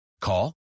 Call